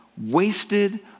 wasted